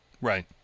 Right